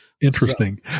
Interesting